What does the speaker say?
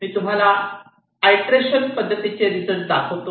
मी तुम्हाला आयटेरेशन पद्धतीचे रिझल्ट दाखवितो